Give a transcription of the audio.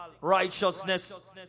righteousness